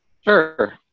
Sure